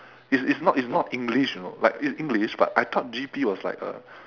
it's it's not it's not english you know like it's english but I thought G_P was like a